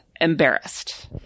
embarrassed